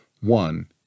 one